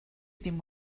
ddim